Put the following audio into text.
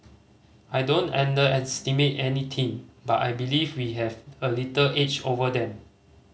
I don't underestimate any team but I believe we have a little edge over them